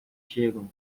chegam